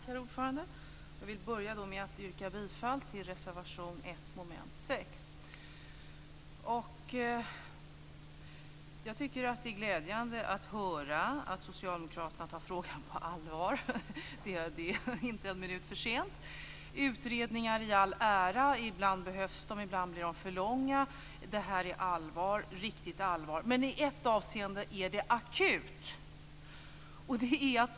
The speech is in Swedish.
Herr talman! Jag vill börja med att yrka bifall till reservation 1 under mom. 6. Jag tycker att det är glädjande att höra att socialdemokraterna tar frågan på allvar. Det är inte en minut för tidigt. Utredningar i all ära - ibland behövs de, ibland blir de för långa. Detta är riktigt allvar. I ett avseende är det akut.